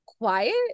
quiet